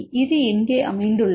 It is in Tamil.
இது எங்கே அமைந்துள்ளது